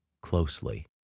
closely